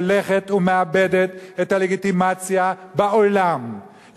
הולכת ומאבדת את הלגיטימציה בעולם.